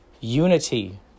unity